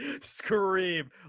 Scream